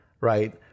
right